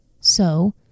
So